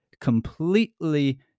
completely